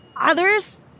others